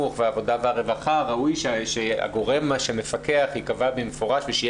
והעבודה והרווחה וראוי שהגורם שמפקח ייקבע במפורש ושיהיה